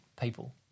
people